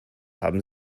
haben